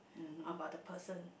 about the person